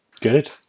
Good